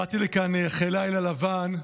באתי לכאן אחרי לילה לבן.